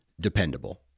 dependable